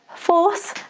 force,